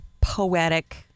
poetic